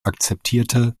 akzeptierte